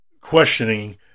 questioning